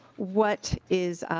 what is